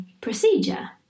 procedure